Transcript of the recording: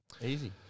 Easy